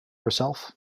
herself